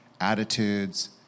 attitudes